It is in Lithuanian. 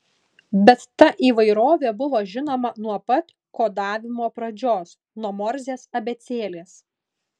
bet ta įvairovė buvo žinoma nuo pat kodavimo pradžios nuo morzės abėcėlės